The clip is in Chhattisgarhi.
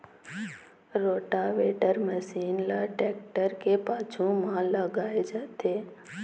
रोटावेटर मसीन ल टेक्टर के पाछू म लगाए जाथे